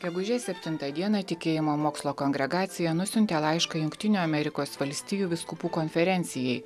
gegužės septintą dieną tikėjimo mokslo kongregacija nusiuntė laišką jungtinių amerikos valstijų vyskupų konferencijai